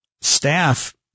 staff